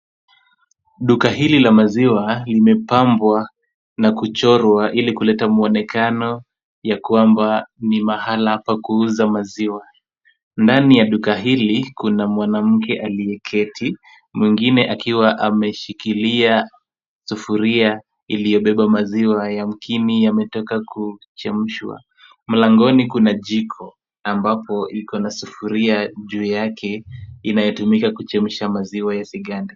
Duka hili la maziwa limepambwa na kuchorwa ili kuleta muonekano ya kwamba ni mahala pa kuuza maziwa. Ndani ya duka hili, kuna mwanamke aliyeketi, mwingine akiwa ameshikilia sufuria iliyobeba maziwa ya mkini yaliyotoka kuchemshwa. Mlangoni kuna jiko ambapo iko na sufuria juu yake, inayotumika kuchemsha maziwa yasigande.